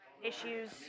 issues